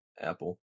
Apple